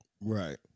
Right